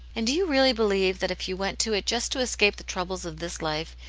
and do you really believe, that if you went to it just to escape the troubles of this life,